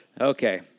Okay